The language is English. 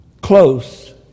close